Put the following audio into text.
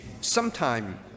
sometime